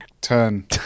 Turn